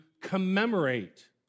commemorate